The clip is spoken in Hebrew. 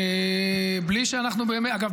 אגב,